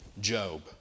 Job